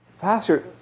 pastor